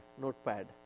notepad